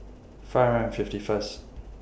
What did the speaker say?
five hundred and fifty First